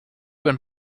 went